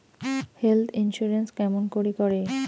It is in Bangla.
হেল্থ ইন্সুরেন্স কেমন করি করে?